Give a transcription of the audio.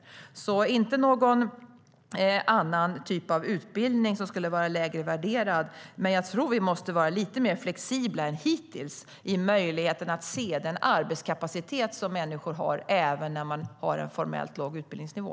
Det handlar inte om någon annan typ av utbildning som skulle vara lägre värderad, men jag tror att vi måste vara lite mer flexibla än hittills när det gäller att se möjligheten i den arbetskapacitet som människor har även om de har en låg formell utbildningsnivå.